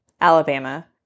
Alabama